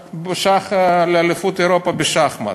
לאליפות אירופה בשחמט.